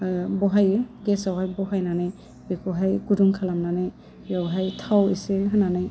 बहायो गेसयावहाय बहायनानै बेखौहाय गुदुं खालामनानै बेवहाय थाव एसे होनानै